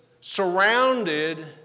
surrounded